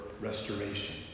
restoration